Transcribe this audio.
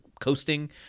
coasting